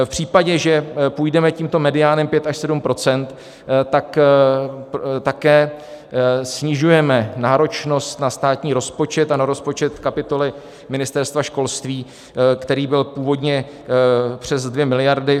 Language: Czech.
V případě, že půjdeme tímto mediánem 5 až 7 %, tak také snižujeme náročnost na státní rozpočet a na rozpočet kapitoly Ministerstva školství, který byl původně přes 2 miliardy.